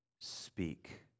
Speak